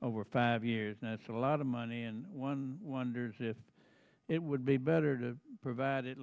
over five years now it's a lot of money and one wonders if it would be better to provide at